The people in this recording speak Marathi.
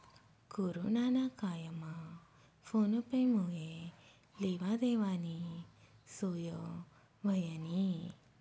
कोरोना ना कायमा फोन पे मुये लेवा देवानी सोय व्हयनी